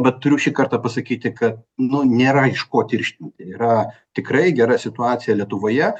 bet turiu šį kartą pasakyti kad nu nėra iš ko tirštinti yra tikrai gera situacija lietuvoje